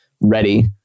ready